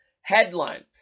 headline